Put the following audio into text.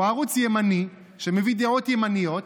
הוא ערוץ ימני שמביא דעות ימניות,